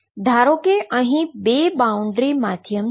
ધારો કે અહી 2 બાઉન્ડ્રી માધ્યમ છે